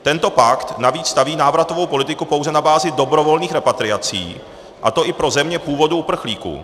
Tento pakt navíc staví návratovou politiku pouze na bázi dobrovolných repatriací, a to i pro země původu uprchlíků.